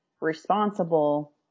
responsible